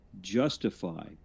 justify